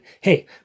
hey